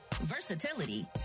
versatility